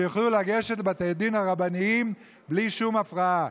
שיוכלו לגשת לבתי הדין הרבניים בלי שום הפרעה.